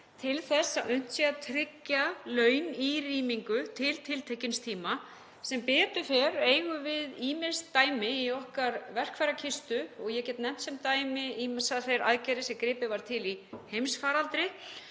til þess að unnt sé að tryggja laun í rýmingu til tiltekins tíma. Sem betur fer eigum við ýmislegt í okkar verkfærakistu og ég get nefnt sem dæmi ýmsar þær aðgerðir sem gripið var til í heimsfaraldri